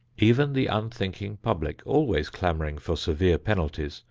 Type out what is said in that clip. even the unthinking public, always clamoring for severe penalties,